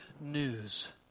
news